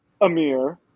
Amir